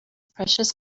precious